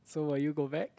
so will you go back